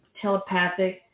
telepathic